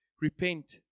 repent